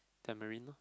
tamarind lor